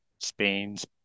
spain's